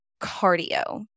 cardio